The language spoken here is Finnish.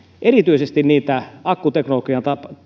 erityisesti niitä akkuteknologian